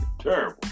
terrible